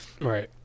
Right